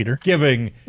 giving